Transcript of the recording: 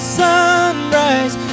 sunrise